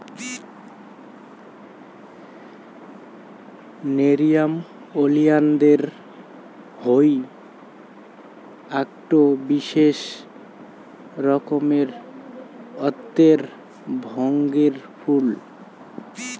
nerium oleander হই আকটো বিশেষ রকমের অক্তের রঙের ফুল